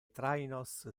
trainos